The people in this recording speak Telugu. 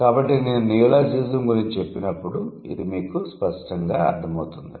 కాబట్టి నేను నియోలాజిజం గురించి చెప్పినప్పుడు అది మీకు స్పష్టంగా అర్థమవుతుంది